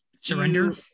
surrender